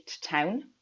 town